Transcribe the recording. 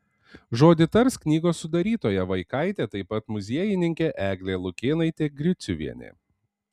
žodį tars knygos sudarytoja vaikaitė taip pat muziejininkė eglė lukėnaitė griciuvienė